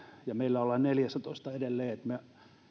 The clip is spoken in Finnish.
ja meillä ollaan neljässätoista edelleen me